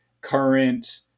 current